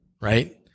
right